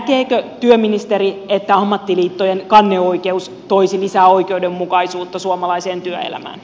näkeekö työministeri että ammattiliittojen kanneoikeus toisi lisää oikeudenmukaisuutta suomalaiseen työelämään